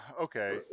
okay